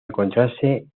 encontrarse